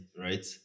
right